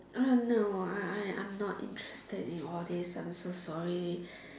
uh no I I I'm not interested in all these I'm so sorry